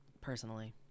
personally